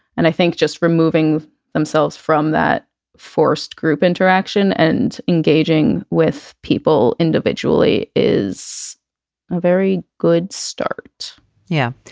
and i think just removing themselves from that forced group interaction and engaging with people individually is a very good start yeah,